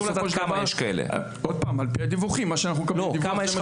כמה יש כאלה מקרים בשנה?